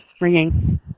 ringing